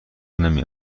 نمی